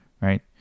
right